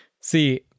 See